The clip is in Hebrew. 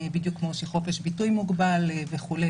בדיוק כמו שחופש ביטוי מוגבל וכו',